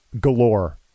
galore